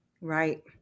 Right